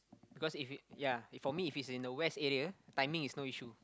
cause if ya if for me it's in the west area timing is no issue